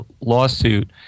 lawsuit